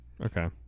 Okay